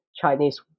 Chinese